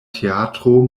teatro